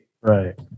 Right